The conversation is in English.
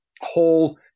whole